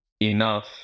enough